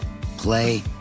play